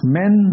men